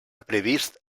previst